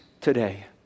today